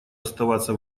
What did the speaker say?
оставаться